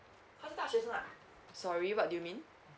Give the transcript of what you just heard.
sorry what do you mean